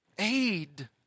Aid